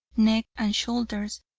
neck and shoulders,